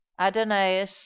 Adonais